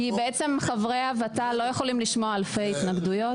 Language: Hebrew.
כי בעצם חברי הוות"ל לא יכולים לשמוע אלפי התנגדויות.